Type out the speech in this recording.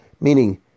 Meaning